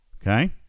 Okay